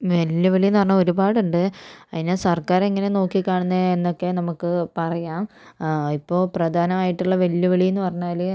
വെല്ലുവിളീന്ന് പറഞ്ഞാൽ ഒരുപാടുണ്ട് അതിനെ സർക്കാരെങ്ങനെ നോക്കി കാണുന്നത് എന്നൊക്കെ നമുക്ക് പറയാം ഇപ്പോൾ പ്രധാനമായിട്ടുള്ള വെല്ലുവിളീന്ന് പറഞ്ഞാല്